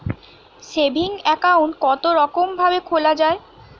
Saving account কতরকম ভাবে খোলা য়ায়?